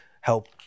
help